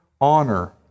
Honor